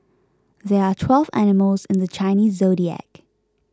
there are twelve animals in the Chinese zodiac